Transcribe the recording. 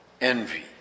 envy